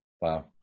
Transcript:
Wow